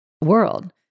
world